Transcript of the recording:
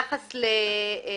ביחס